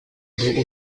был